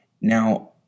Now